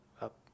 up